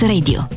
Radio